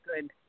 good